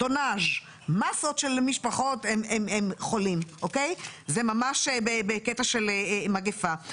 מסות של משפחות חולים, זה ממש בקטע של מגיפה.